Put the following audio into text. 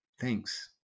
Thanks